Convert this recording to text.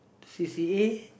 c_c_a